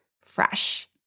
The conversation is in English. fresh